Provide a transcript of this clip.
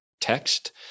text